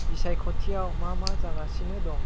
बिसायख'थियाव मा मा जागासिनो दं